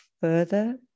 further